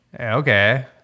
Okay